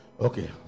Okay